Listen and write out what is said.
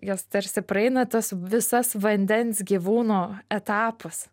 jos tarsi praeina tas visas vandens gyvūno etapas